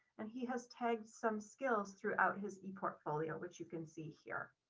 and he has tagged some skills throughout his e portfolio which you can see here.